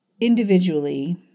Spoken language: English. individually